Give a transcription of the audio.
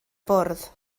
bwrdd